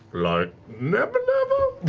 like, never never?